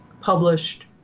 published